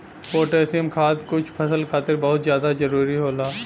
potassium खाद कुछ फसल खातिर बहुत जादा जरूरी होला